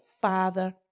father